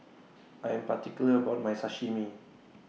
I Am particular about My Sashimi